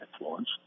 influence